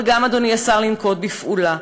אבל גם, אדוני השר, לנקוט פעולה.